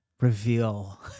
Reveal